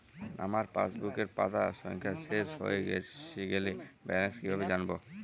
আমার পাসবুকের পাতা সংখ্যা শেষ হয়ে গেলে ব্যালেন্স কীভাবে জানব?